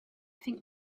think